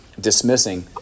dismissing